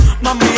mami